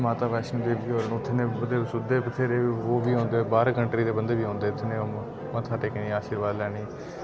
माता वैश्णो देवी होर न उत्थै न सुद्दे बथेरे लोक बी औंदे बाह्रै कंट्री दे बंदे बी औंदें इत्थै न मत्था टेकने आशीर्वाद लैने ई